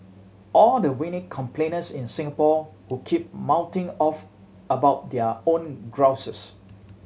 all the whiny complainers in Singapore who keep mouthing off about their own grouses